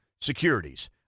securities